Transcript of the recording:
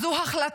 אז זאת החלטה,